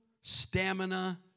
stamina